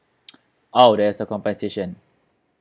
oh there's a compensation